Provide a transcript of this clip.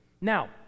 Now